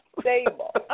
stable